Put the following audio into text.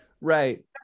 Right